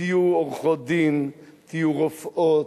תהיו עורכות-דין, תהיו רופאות,